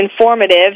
informative